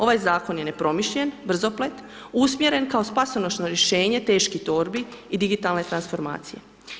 Ovaj Zakon je nepromišljen, brzoplet, usmjeren kao spasonosno rješenje teških torbi i digitalne transformacije.